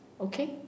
Okay